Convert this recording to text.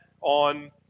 on